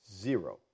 Zero